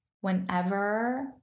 whenever